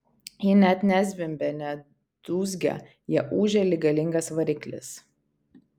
jie net ne zvimbia ne dūzgia jie ūžia lyg galingas variklis